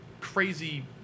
crazy